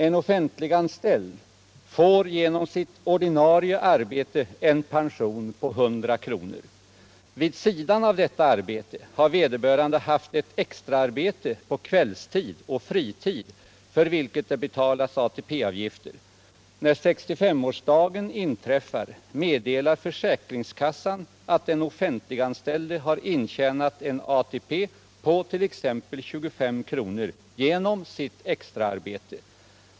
En offentliganställd får genom sitt ordinarie arbete en pension på 100 kr. Vid sidan av detta arbete har vederbörande haft ett extraarbete på kvällstid och fritid för vilket det betalas ATP avgifter. När 65-årsdagen kommer meddelar försäkringskassan att den offentliganställde har intjänat en ATP på t.ex. 25 kr. genom sitt extra arbete.